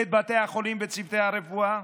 את בתי החולים וצוותי הרפואה?